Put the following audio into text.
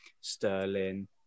Sterling